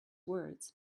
words